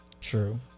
True